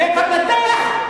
והמנתח,